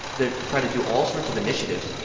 they're trying to do all sorts of initiatives.